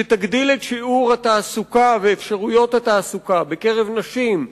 שתגדיל את שיעור התעסוקה ואת אפשרויות התעסוקה בקרב נשים,